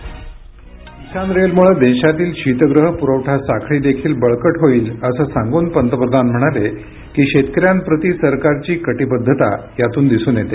ध्वनी किसान रेलमुळे देशातील शीतगृह पुरवठा साखळी देखील बळकट होईल असं सांगून पंतप्रधान म्हणाले की शेतकऱ्यांप्रती सरकारची कटिबद्धता यातून दिसून येते